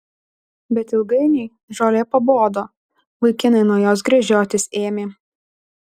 bet ilgainiui žolė pabodo vaikinai nuo jos gręžiotis ėmė